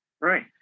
Right